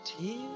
tears